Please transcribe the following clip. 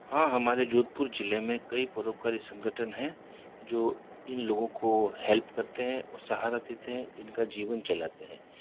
हाँ हमारे जोधपुर जिले में कई परोपकारी संगठन हैं जो इन लोगों को हेल्प करते हैं और सहारा देते हैं इनका जीवन चलाते हैं